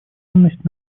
ценность